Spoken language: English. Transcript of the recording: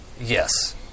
Yes